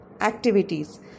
activities